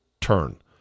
turn